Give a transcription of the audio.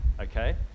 okay